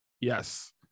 Yes